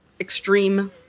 extreme